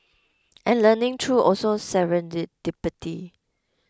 and learning through also